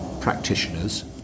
practitioners